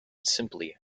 simply